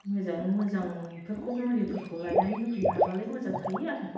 मोजाङै मोजां बेफोरखौ मुलिफोरखौ लायनानै होफैनो हाबालाय मोजां थायो आरो